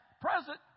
present